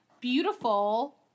beautiful